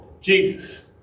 Jesus